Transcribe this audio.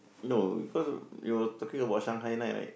no cause you were talking about Shanghai night right